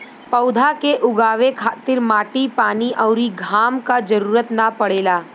पौधा के उगावे खातिर माटी पानी अउरी घाम क जरुरत ना पड़ेला